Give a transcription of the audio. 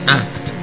act